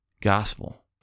gospel